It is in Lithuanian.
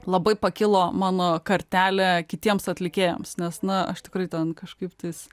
labai pakilo mano kartelė kitiems atlikėjams nes na aš tikrai ten kažkaip tais